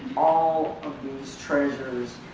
all of these treasures.